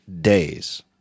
days